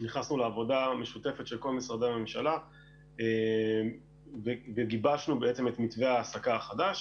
נכנסנו לעבודה משותפת של כל משרדי הממשלה וגיבשנו את מתווה ההעסקה החדש